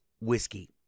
whiskey